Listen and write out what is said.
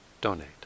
donate